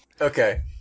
Okay